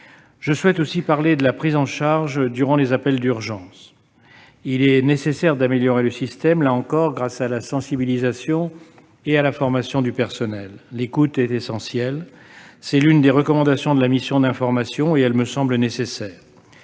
Je souhaite aussi parler de la prise en charge lors des appels d'urgence. Il est nécessaire d'améliorer ce système grâce, là encore, à la sensibilisation et la formation du personnel. L'écoute est essentielle ; c'est l'une des recommandations de la mission d'information, et cela me semble nécessaire.